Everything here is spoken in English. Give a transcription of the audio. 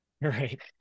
Right